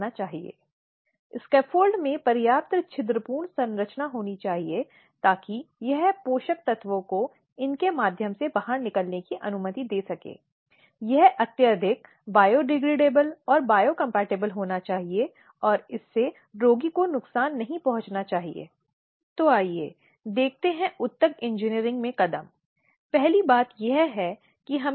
इसलिए यह शिकायतकर्ता का कथन होना चाहिए लेकिन उद्देश्य में जो भी सहायता आवश्यक हो वह लिखी जा सकती है जिसे अब वहन किया जाना चाहिए अब एक बार शिकायत की प्राप्ति हो गई है